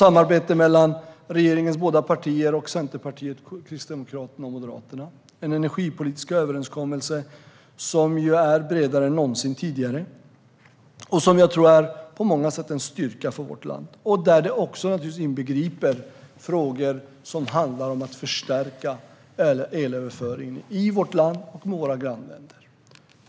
Samarbetet mellan regeringens båda partier och Centerpartiet, Kristdemokraterna och Moderaterna var mycket gott. Vi fick en energipolitisk överenskommelse som är bredare än någonsin tidigare, och den är på många sätt en styrka för vårt land. Detta inbegriper naturligtvis även frågor om att förstärka elöverföring i vårt land och till våra grannländer.